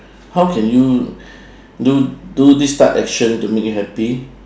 how can you do do this type action to make you happy